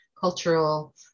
cultural